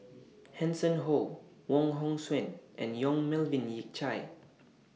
Hanson Ho Wong Hong Suen and Yong Melvin Yik Chye